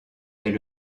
est